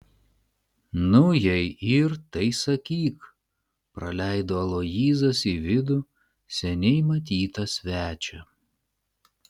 nu jei yr tai sakyk praleido aloyzas į vidų seniai matytą svečią